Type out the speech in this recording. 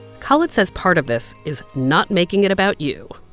khalid says, part of this is not making it about you,